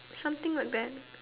something like that